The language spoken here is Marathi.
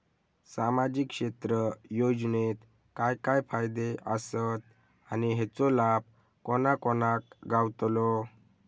सामजिक क्षेत्र योजनेत काय काय फायदे आसत आणि हेचो लाभ कोणा कोणाक गावतलो?